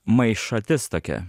maišatis tokia